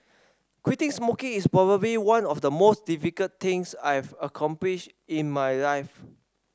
quitting smoking is probably one of the most difficult things I have accomplished in my life